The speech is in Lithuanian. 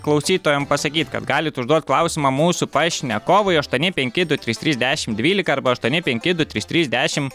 klausytojam pasakyt kad galit užduot klausimą mūsų pašnekovui aštuoni penki du trys trys dešim dvylika arba aštuoni penki du trys trys dešim